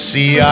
See